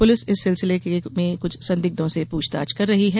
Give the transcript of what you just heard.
police इस सिलसिले में कुछ संदिग्धों से पूछताछ कर रही है